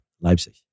Leipzig